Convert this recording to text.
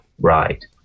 Right